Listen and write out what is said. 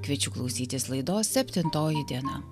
kviečiu klausytis laidos septintoji diena